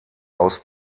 aus